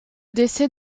décès